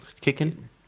kicking